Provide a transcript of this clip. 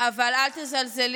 אבל אל תזלזלי.